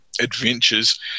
adventures